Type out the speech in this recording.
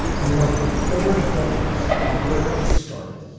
more than four decades after he started